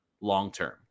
long-term